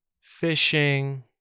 fishing